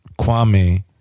Kwame